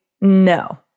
No